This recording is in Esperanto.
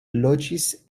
loĝis